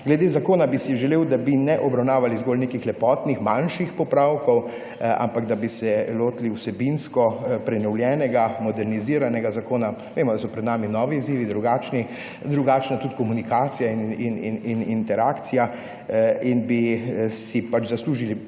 Glede zakona bi si želel, da bi ne obravnavali zgolj nekih lepotnih, manjših popravkov, ampak da bi se lotili vsebinsko prenovljenega, moderniziranega zakona. Vemo, da so pred nami novi izzivi, drugačni, drugačna je tudi komunikacija in interakcija, zato bi si zaslužili